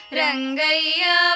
rangaya